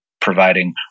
providing